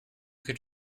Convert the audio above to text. could